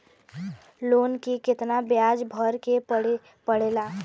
Loan के कितना ब्याज भरे के पड़े ला?